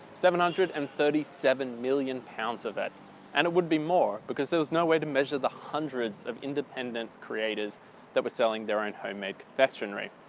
seven hundred and thirty seven million pounds of it and it would be more, because there was had no way to measure the hundreds of independent creators that were selling their own handmade confectionary.